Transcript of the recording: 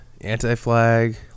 anti-flag